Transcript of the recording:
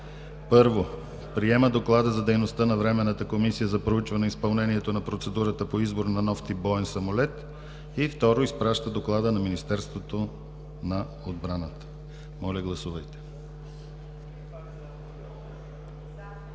1. Приема Доклада за дейността на Временната комисия за проучване изпълнението на процедурата по избор на нов тип боен самолет. 2. Изпраща доклада на Министерството на отбраната.“ Моля, гласувайте.